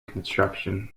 construction